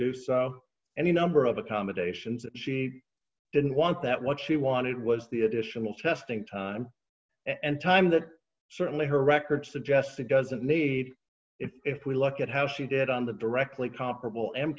do so any number of accommodations she didn't want that what she wanted was the additional testing time and time that certainly her record suggests it doesn't need if we look at how she did on the directly comparable